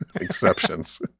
exceptions